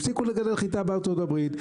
הפסיקו לגדל חיטה בארצות הברית.